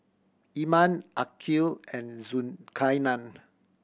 Iman Aqil and Zulkarnain